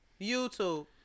YouTube